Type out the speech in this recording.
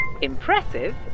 Impressive